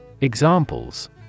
Examples